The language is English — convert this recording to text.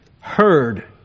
heard